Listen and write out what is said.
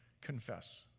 Confess